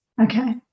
okay